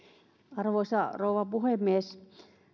arvoisa rouva puhemies